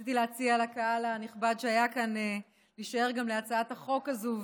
רציתי להציע לקהל הנכבד שהיה כאן להישאר גם להצעת החוק הזאת,